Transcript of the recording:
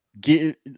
get